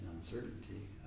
uncertainty